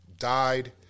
died